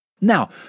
Now